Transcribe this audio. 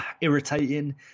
irritating